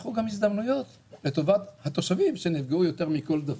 יצמחו גם הזדמנויות לטובת התושבים שנפגעו יותר מכל דבר.